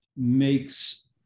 makes